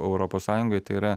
europos sąjungoj tai yra